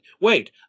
Wait